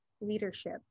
leadership